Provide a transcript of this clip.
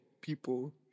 people